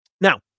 Now